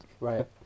Right